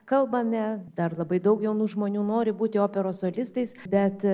kalbame dar labai daug jaunų žmonių nori būti operos solistais bet